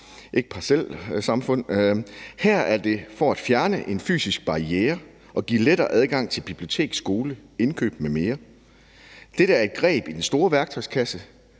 i Danmark. Her er det for at fjerne en fysisk barriere og give lettere adgang til bibliotek, skole, indkøb m.m. Dette er et greb i den store værktøjskasse.